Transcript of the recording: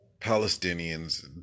Palestinians